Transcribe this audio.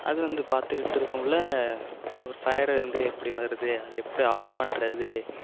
அது வந்து பாத்துட்டுருக்ககுள்ளே ஒரு ஃபையர் வந்து எப்படி வருது அது எப்படி ஆஃப் பண்ணுறது